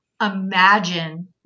imagine